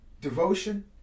devotion